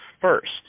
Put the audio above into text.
first